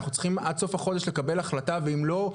אנחנו צריכים עד סוף החודש לקבל החלטה ואם לא,